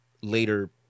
later